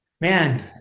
man